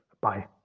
Bye